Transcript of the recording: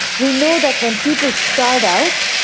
we know that when people start out,